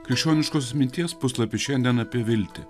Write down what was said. krikščioniškosios minties puslapis šiandien apie viltį